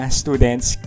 students